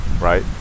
right